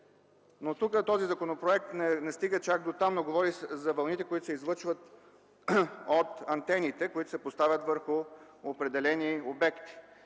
вредни. Този законопроект не стига чак дотам, а говори за вълните, които се излъчват от антените, които се поставят върху определени обекти.